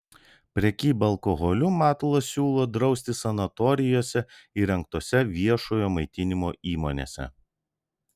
prekybą alkoholiu matulas siūlo drausti sanatorijose įrengtose viešojo maitinimo įmonėse